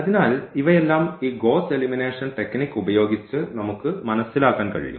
അതിനാൽ ഇവയെല്ലാം ഈ ഗ്വോസ്സ് എലിമിനേഷൻ ടെക്നിക് ഉപയോഗിച്ച് നമുക്ക് മനസിലാക്കാൻ കഴിയും